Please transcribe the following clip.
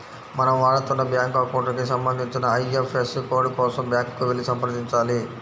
మనం వాడుతున్న bank account కి సంబంధించిన ఐ.ఎఫ్.ఎస్.సి కోడ్ కోసం బ్యాంకుకి వెళ్లి సంప్రదించాలి